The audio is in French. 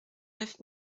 neuf